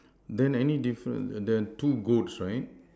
then any difference there are two goats right